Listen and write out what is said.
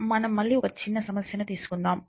మనం మళ్ళీ ఒక చిన్న సమస్యను తీసుకుందాం